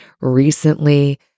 recently